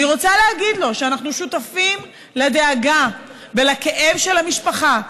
אני רוצה להגיד לו שאנחנו שותפים לדאגה ולכאב של המשפחה,